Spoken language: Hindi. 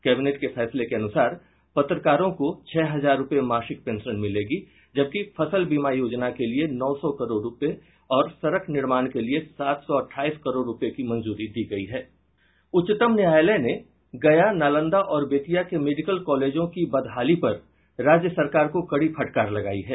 कैबिनेट के फैसले के अनुसार पत्रकारों को छह हजार रूपये मासिक पेंशन मिलेगी जबकि फसल बीमा योजना के लिए नौ सौ करोड़ और सड़क निर्माण के लिए सात सौ अटठाईस करोड़ रूपये की मंजूरी दी गयी है उच्चतम न्यायालय ने गया नालंदा और बेतिया के मेडिकल कॉलेजों की बदहाली पर राज्य सरकार को कड़ी फटकार लगायी है